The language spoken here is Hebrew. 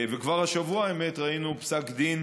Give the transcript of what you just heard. ואכן כבר השבוע ראינו פסק דין,